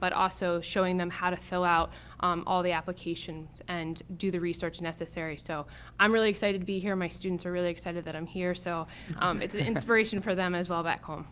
but also showing them how to fill out all the applications and do the research necessary, so i'm really excited to be here. my students are really excited that i'm here. so it's an inspiration for them as well back home.